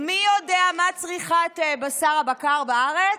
מי יודע מה צריכת בשר הבקר בארץ?